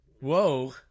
whoa